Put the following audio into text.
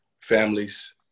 families